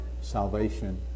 salvation